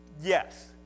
Yes